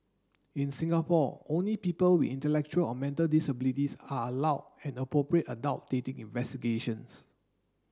in Singapore only people with intellectual or mental disabilities are allowed an appropriate adult dating investigations